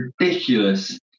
ridiculous